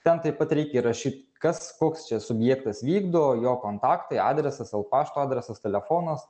ten taip pat reikia įrašyt kas koks čia subjektas vykdo jo kontaktai adresas el pašto adresas telefonas